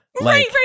right